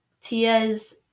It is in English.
Tia's